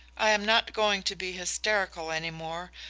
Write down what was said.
i am not going to be hysterical any more,